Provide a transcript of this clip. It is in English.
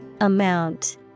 Amount